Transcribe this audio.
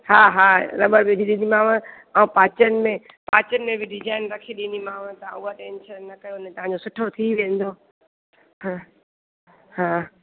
हा हा रबड़ विझी ॾींदीमांव ऐं पाचनि में पाचनि में बि डिजाइन रखी ॾींदीमांव त उहा टेंशन न कयो तव्हांजो सुठो थी वेंदो हा हा